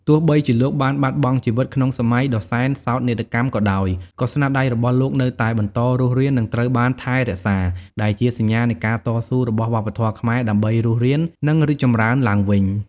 ទោះបីជាលោកបានបាត់បង់ជីវិតក្នុងសម័យដ៏សែនសោកនាដកម្មក៏ដោយ ក៏ស្នាដៃរបស់លោកនៅតែបន្តរស់រាន និងត្រូវបានថែរក្សា ដែលជាសញ្ញានៃការតស៊ូរបស់វប្បធម៌ខ្មែរដើម្បីរស់រាន និងរីកចម្រើនឡើងវិញ ។